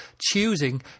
choosing